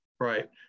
Right